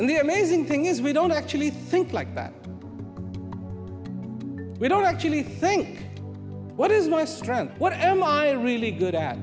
and the amazing thing is we don't actually think like that we don't actually think what is my strength what am i really good at